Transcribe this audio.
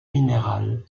minérale